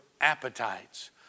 appetites